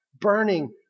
burning